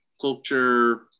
culture